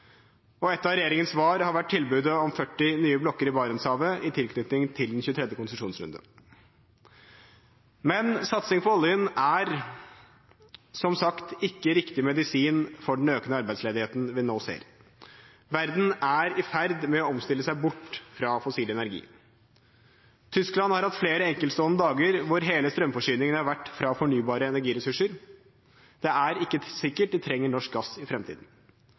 Et av regjeringens svar har vært tilbudet om 40 nye blokker i Barentshavet i tilknytning til 23. konsesjonsrunde. Men satsing på oljen er som sagt ikke riktig medisin for den økende arbeidsledigheten vi nå ser. Verden er i ferd med å omstille seg bort fra fossil energi. Tyskland har hatt flere enkeltstående dager da hele strømforsyningen har vært fra fornybare energiressurser. Det er ikke sikkert de trenger norsk gass i